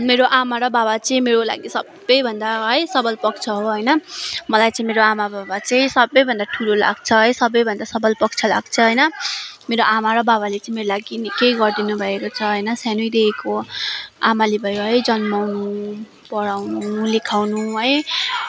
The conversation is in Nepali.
मेरो आमा र बाबा चाहिँ मेरो लागि सबैभन्दा है सबल पक्ष हो होइन मलाई चाहिँ मेरो आमा बाबा चाहिँ सबैभन्दा ठुलो लाग्छ है सबैभन्दा सबल पक्ष लाग्छ होइन मेरो आमा र बाबाले चाहिँ मेरो लागि निकै गरिदिनुभएको छ होइन सानैदेखिको आमाले भयो है जन्माउनु पढाउनु लेखाउनु है